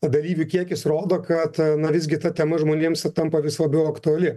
o dalyvių kiekis rodo kad na visgi ta tema žmonėms tampa vis labiau aktuali